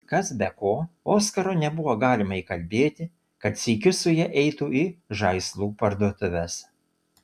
kas be ko oskaro nebuvo galima įkalbėti kad sykiu su ja eitų į žaislų parduotuves